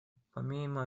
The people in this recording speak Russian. помимо